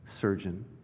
surgeon